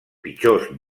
pitjors